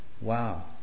Wow